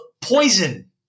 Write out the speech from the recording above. poison